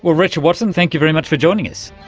richard watson, thank you very much for joining us.